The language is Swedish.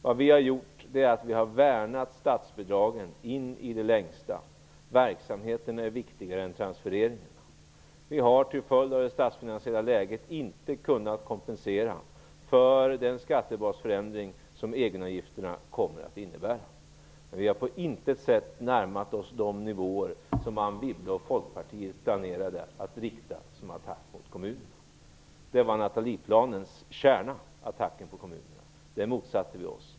Vad vi har gjort är att värna statsbidragen in i det längsta - verksamheterna är viktigare än transfereringarna. Vi har till följd av det statsfinansiella läget inte kunnat kompensera för den skattebasförändring som egenavgifterna kommer att innebära. Men vi har på intet sätt närmat oss de nivåer som Anne Wibble och Folkpartiet planerade att rikta som attack mot kommunerna. Attacken på kommunerna var Natalieplanens kärna. Den motsatte vi oss.